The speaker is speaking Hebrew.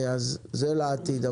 זה לעתיד.